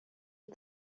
est